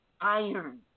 iron